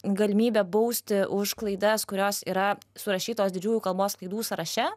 galimybė bausti už klaidas kurios yra surašytos didžiųjų kalbos klaidų sąraše